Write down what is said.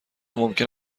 ممکن